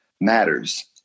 matters